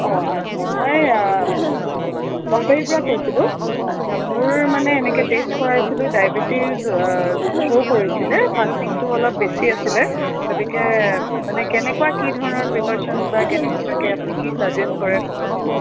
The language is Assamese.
অঁ আচ্ছা মই নলবাৰীৰ পৰা কৈছিলোঁ আচ্ছা মোৰ মানে এনেকৈ টেষ্ট কৰাইছিলোঁ ডাইবেটিচ শ্ব' কৰিছিলে ফাচটিংটো অলপ বেছি আছিলে গতিকে মানে কেনেকুৱা কি ধৰণৰ পিকশ্বনচ বা কেনেকুৱাকৈ আপুনি কি চাজেষ্ট কৰে ক'বচোন